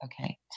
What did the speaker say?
Okay